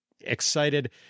excited